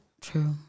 True